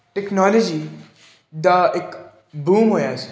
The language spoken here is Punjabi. ਟਕਨੋਲਜੀ ਦਾ ਇੱਕ ਬੂਮ ਹੋਇਆ ਸੀ